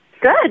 Good